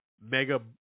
mega